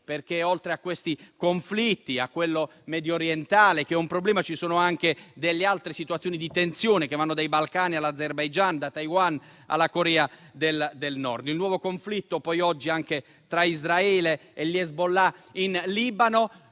perché, oltre a questi conflitti, a quello mediorientale, che rappresenta un problema, ci sono anche altre situazioni di tensione, che vanno dai Balcani all'Azerbaijan, da Taiwan alla Corea del Nord. Il nuovo conflitto, tra Israele e gli Hezbollah in Libano,